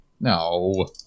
No